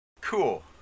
Cool